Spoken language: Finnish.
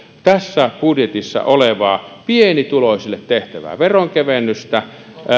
tässä budjetissa olevaa pienituloisille tehtävää veronkevennystä